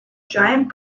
giant